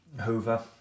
Hoover